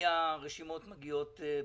הרשימות מגיעות בזמן.